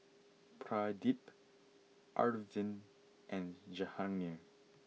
Pradip Arvind and Jahangir